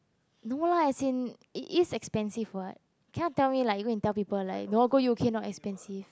no lah as in it is inexpensive [what] you cannot tell me like you go and tell people like no go U_K not expensive